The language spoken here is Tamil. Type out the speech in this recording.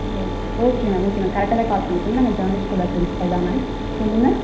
ஓ ஓகே மேம் ஓகே மேம் கரெக்டாக தான் கால் பண்ணியிருக்கீங்க நாங்க ஜான்ஸ் ஸ்கூலோடய பிரின்ஸ்பல் தான் மேம் சொல்லுங்கள்